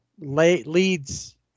leads